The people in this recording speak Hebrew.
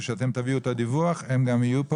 כשאתם תביאו את הדיווח הם גם יהיו פה